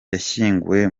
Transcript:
yashyinguwe